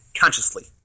consciously